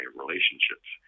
relationships